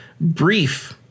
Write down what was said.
brief